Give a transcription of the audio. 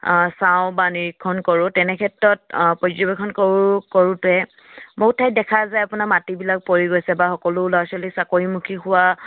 চাওঁ বা নিৰীক্ষণ কৰোঁ তেনেক্ষেত্ৰত পৰ্যবেক্ষণ কৰোঁ কৰোতে বহুত ঠাইত দেখা যায় আপোনাৰ মাটিবিলাক পৰি গৈছে বা সকলো ল'ৰা ছোৱালী চাকৰিমুখী হোৱা